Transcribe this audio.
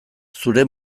zure